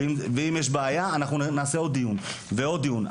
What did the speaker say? אם ישנה בעיה אנחנו נעשה עוד דיון ועוד דיון,